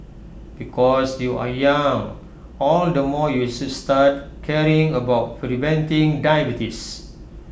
because you are young all the more you should start caring about preventing diabetes